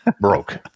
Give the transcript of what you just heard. broke